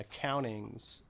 accountings